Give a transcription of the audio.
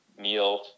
meal